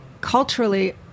culturally